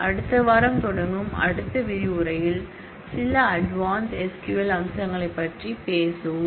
அடுத்த வாரம் தொடங்கும் அடுத்த விரிவுரையில் சில அட்வான்ஸ்ட் SQL அம்சங்களைப் பற்றி பேசுவோம்